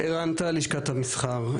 ערן טל, לשכת המסחר.